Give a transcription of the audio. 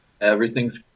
Everything's